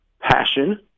Passion